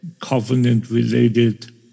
covenant-related